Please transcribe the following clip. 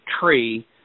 tree